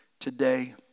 today